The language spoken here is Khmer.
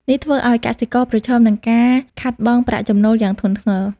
នេះធ្វើឲ្យកសិករប្រឈមនឹងការខាតបង់ប្រាក់ចំណូលយ៉ាងធ្ងន់ធ្ងរ។